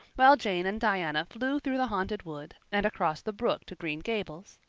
while jane and diana flew through the haunted wood and across the brook to green gables.